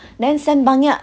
then send banyak